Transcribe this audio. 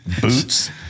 Boots